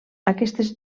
aquestes